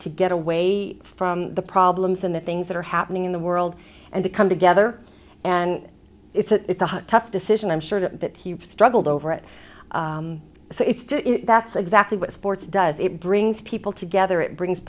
to get away from the problems and the things that are happening in the world and to come together and it's a tough decision i'm sure that he struggled over it so it's just that's exactly what sports does it brings people together it brings